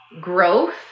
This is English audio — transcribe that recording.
growth